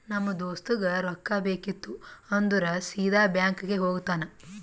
ನಮ್ ದೋಸ್ತಗ್ ರೊಕ್ಕಾ ಬೇಕಿತ್ತು ಅಂದುರ್ ಸೀದಾ ಬ್ಯಾಂಕ್ಗೆ ಹೋಗ್ತಾನ